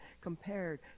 compared